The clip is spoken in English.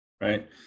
right